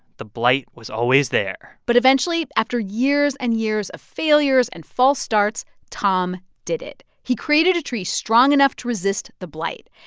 the blight was always there but eventually after years and years of failures and false starts, tom did it. he created a tree strong enough to resist the blight.